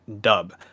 dub